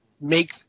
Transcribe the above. make